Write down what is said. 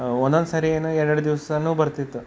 ಒಂದೊಂದ್ಸರಿ ಏನು ಎರಡೆರಡು ದಿವಸನೂ ಬರ್ತಿತ್ತು